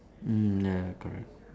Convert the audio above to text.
mm ya correct